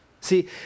See